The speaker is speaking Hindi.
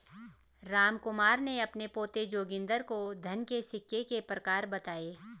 रामकुमार ने अपने पोते जोगिंदर को धन के सिक्के के प्रकार बताएं